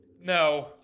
No